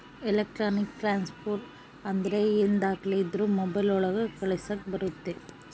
electronic transfer ಅಂದ್ರ ಏನೇ ದಾಖಲೆ ಇದ್ರೂ ಮೊಬೈಲ್ ಒಳಗ ಕಳಿಸಕ್ ಬರುತ್ತೆ